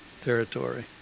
territory